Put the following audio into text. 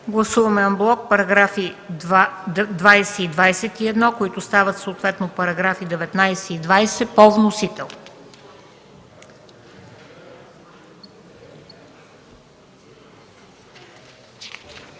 Гласуваме анблок параграфи 20 и 21, които стават съответно параграфи 19 и 20 по комисия.